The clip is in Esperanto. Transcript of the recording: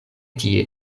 tie